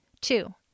Two